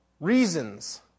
reasons